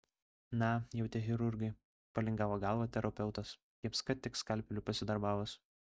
na jau tie chirurgai palingavo galvą terapeutas jiems kad tik skalpeliu pasidarbavus